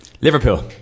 Liverpool